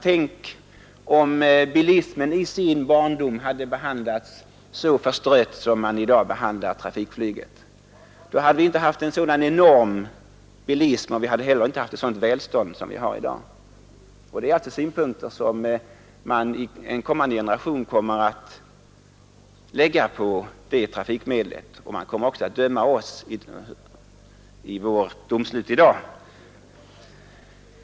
Tänk om bilismen i sin barndom skulle ha behandlats så förstrött som man i dag behandlar trafikflyget! Då hade vi inte haft en sådan enorm bilism som vi har och vi hade heller inte haft ett sådant välstånd. Det är synpunkter som en kommande generation kommer att lägga på detta trafikmedel när den bedömer vårt domslut här i dag.